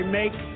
make